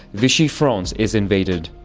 vichy france is invaded.